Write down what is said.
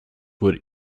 would